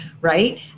right